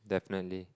definitely